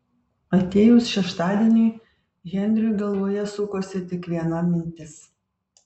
atėjus šeštadieniui henriui galvoje sukosi tik viena mintis